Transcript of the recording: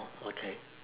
okay